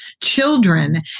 children